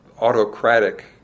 autocratic